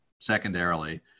secondarily